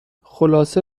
خلاصه